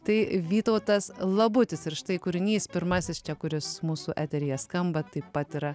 tai vytautas labutis ir štai kūrinys pirmasis čia kuris mūsų eteryje skamba taip pat yra